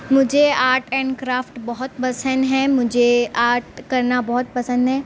مجھے art and craft بہت پسند ہیں مجھے آرٹ کرنا بہت پسند ہے